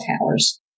towers